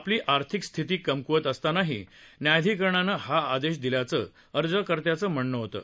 आपली आर्थिक स्थिती कमक्वत असतानाही न्यायाधिकरणानं हा आदेश दिल्याचं अर्जकर्त्याचं म्हणणं होतं